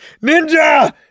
Ninja